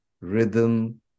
rhythm